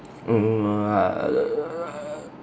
err